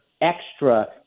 extra